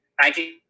19